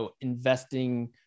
investing